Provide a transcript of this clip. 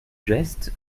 geste